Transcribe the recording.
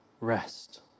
rest